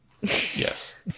Yes